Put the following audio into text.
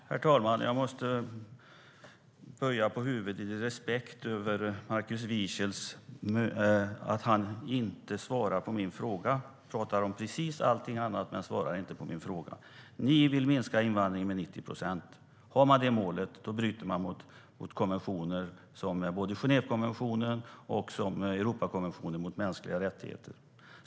Herr talman! Jag måste böja på huvudet av respekt för Markus Wiechels sätt att inte svara på min fråga. Han talar om precis allt annat men svarar inte på min fråga. Ni vill minska invandringen med 90 procent, Markus Wiechel. Om man har det målet bryter man mot konventioner, både Genèvekonventionen och europeiska konventionen om skydd för de mänskliga rättigheterna.